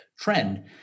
trend